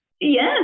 Yes